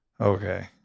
okay